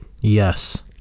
Yes